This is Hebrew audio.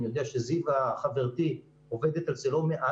אני יודע שזיוה חברתי עובדת על זה לא מעט,